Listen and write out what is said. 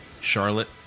Charlotte